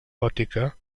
gòtica